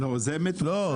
אבל זה מתוקצב.